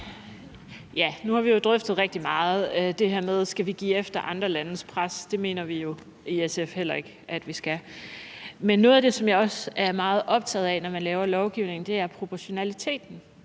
Nu har vi jo drøftet det her med, om vi skal give efter for andre landes pres, rigtig meget. Det mener vi jo heller ikke i SF at vi skal. Men noget af det, som jeg også er meget optaget af, når man laver lovgivning, er proportionaliteten,